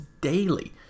daily